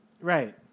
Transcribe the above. Right